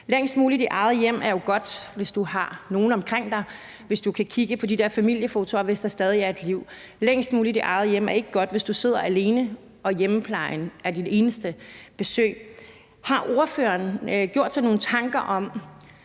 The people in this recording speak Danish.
»Længst muligt i eget hjem« er jo godt, hvis du har nogle omkring dig, hvis du kan kigge på de der familiefotoer, hvis der stadig er liv omkring dig. »Længst muligt i eget hjem« er ikke godt, hvis du sidder alene og hjemmeplejen er det eneste besøg. Vi har talt meget sammen om